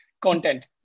content